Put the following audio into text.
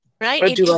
right